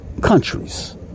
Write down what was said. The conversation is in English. countries